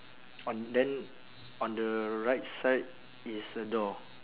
on then on the right side is a door